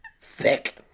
thick